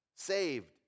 saved